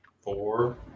four